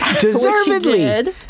Deservedly